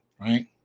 right